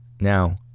Now